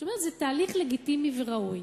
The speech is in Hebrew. זאת אומרת, זה תהליך לגיטימי וראוי.